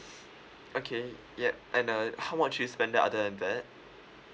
okay yup and uh how much do you spend other than that